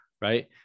right